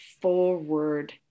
forward